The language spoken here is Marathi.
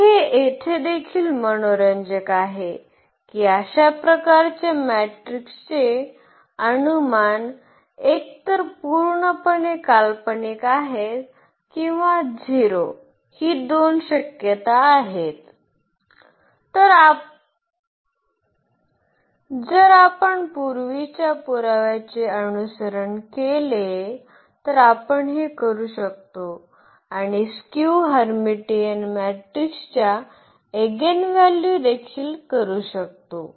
तर हे येथे देखील मनोरंजक आहे की अशा प्रकारच्या मॅट्रिकचे अनुमान एकतर पूर्णपणे काल्पनिक आहेत किंवा 0 ही दोन शक्यता आहेत जर आपण पूर्वीच्या पुराव्याचे अनुसरण केले तर आपण हे करू शकतो आणि स्क्यू हर्मिटियन मॅट्रिक्सच्या एगेनव्हॅल्यू देखील करू शकतो